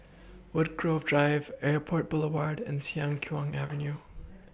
Woodgrove Drive Airport Boulevard and Siang Kuang Avenue